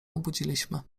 obudziliśmy